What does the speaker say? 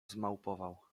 zmałpował